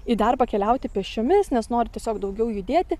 į darbą keliauti pėsčiomis nes nori tiesiog daugiau judėti